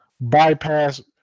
bypass